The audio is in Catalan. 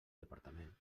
departament